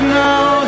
now